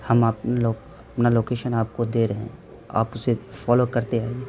ہم اپنا لوکیشن آپ کو دے رہے ہیں آپ اسے فالو کرتے آئیے